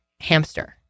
hamster